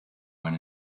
when